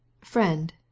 Friend